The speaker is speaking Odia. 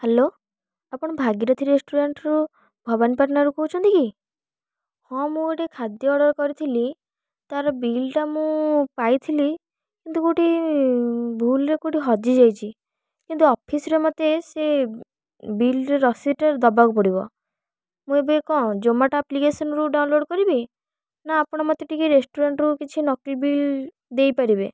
ହ୍ୟାଲୋ ଆପଣ ଭାଗିରଥି ରେଷ୍ଟୁରାଣ୍ଟରୁ ଭବାନୀପାଟଣାରୁ କହୁଛନ୍ତି କି ହଁ ମୁଁ ଗୋଟେ ଖାଦ୍ୟ ଅର୍ଡ଼ର୍ କରିଥିଲି ତା'ର ବିଲ୍ଟା ମୁଁ ପାଇଥିଲି କିନ୍ତୁ କେଉଁଠି ଭୁଲ୍ରେ କେଉଁଠି ହଜିଯାଇଛି କିନ୍ତୁ ଅଫିସ୍ରେ ମୋତେ ସେ ବିଲ୍ର ରସିଦଟା ଦେବାକୁ ପଡ଼ିବ ମୁଁ ଏବେ କ'ଣ ଜୋମାଟ ଆପ୍ଲିକେସନରୁ ଡାଉନଲୋଡ଼୍ କରିବି ନା ଆପଣ ମୋତେ ଟିକେ ରେଷ୍ଟୁରାଣ୍ଟରୁ କିଛି ନକଲି ବିଲ୍ ଦେଇପାରିବେ